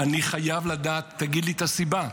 אני חייב לדעת, תגיד לי את הסיבה.